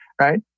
right